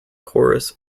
chorus